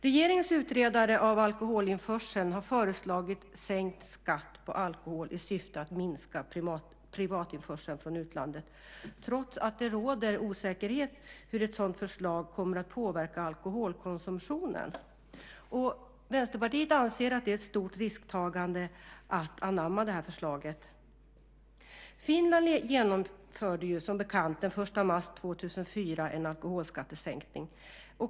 Regeringens utredare av alkoholinförseln har föreslagit sänkt skatt på alkohol i syfte att minska privatinförseln från utlandet, trots att det råder osäkerhet om hur ett sådant förslag kommer att påverka alkoholkonsumtionen. Vänsterpartiet anser att det är ett stort risktagande att anamma detta förslag. Finland genomförde som bekant den 1 mars 2004 en alkoholskattesänkning.